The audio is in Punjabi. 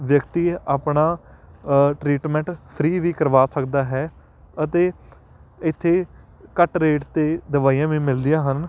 ਵਿਅਕਤੀ ਆਪਣਾ ਟ੍ਰੀਟਮੈਂਟ ਫਰੀ ਵੀ ਕਰਵਾ ਸਕਦਾ ਹੈ ਅਤੇ ਇੱਥੇ ਘੱਟ ਰੇਟ 'ਤੇ ਦਵਾਈਆਂ ਵੀ ਮਿਲਦੀਆਂ ਹਨ